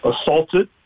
assaulted